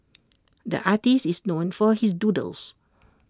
the artist is known for his doodles